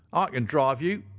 ah can drive you,